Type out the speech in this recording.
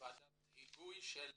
ועדת ההיגוי של המל"ג.